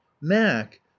mac